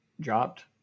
dropped